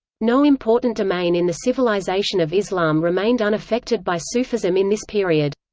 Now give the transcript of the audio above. no important domain in the civilization of islam remained unaffected by sufism in this period.